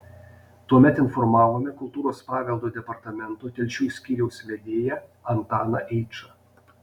tuomet informavome kultūros paveldo departamento telšių skyriaus vedėją antaną eičą